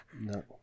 No